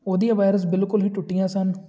ਉਹਦੀਆਂ ਵਾਈਰਸ ਬਿਲਕੁਲ ਹੀ ਟੁੱਟੀਆਂ ਸਨ